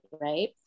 right